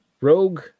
Rogue